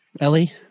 Ellie